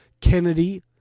Kennedy